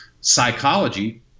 psychology